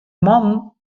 mannen